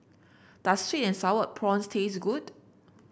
does sweet and sour prawns taste good